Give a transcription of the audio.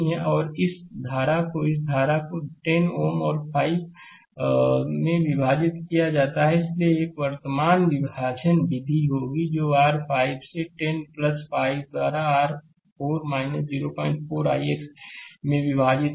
और इस धारा को इस धारा को 10 Ω और 5 is में विभाजित किया जाता है इसलिए एक वर्तमान विभाजन विधि r ix होगी जो r 5 से 10 5 द्वारा r 4 04 ix में विभाजित होती है